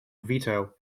veto